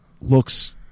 looks